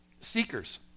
Seekers